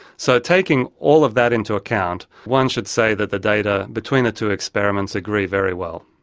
so taking all of that into account, one should say that the data between the two experiments agree very well.